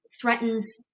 threatens